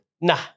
Nah